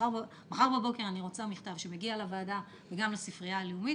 מחר בבוקר אני רוצה מכתב שיגיע לוועדה וגם לספרייה הלאומית